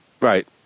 Right